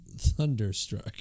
thunderstruck